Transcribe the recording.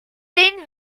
ding